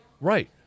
Right